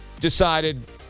decided